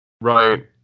right